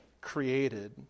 created